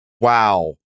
Wow